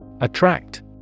Attract